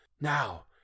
Now